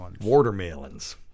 Watermelons